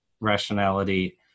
rationality